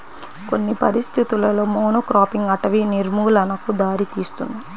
కొన్ని పరిస్థితులలో మోనోక్రాపింగ్ అటవీ నిర్మూలనకు దారితీస్తుంది